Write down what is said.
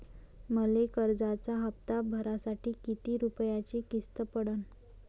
मले कर्जाचा हप्ता भरासाठी किती रूपयाची किस्त पडन?